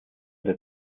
der